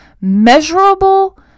measurable